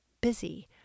busy